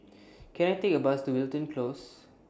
Can I Take A Bus to Wilton Close